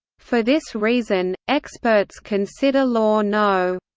for this reason, experts consider law no.